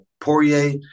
Poirier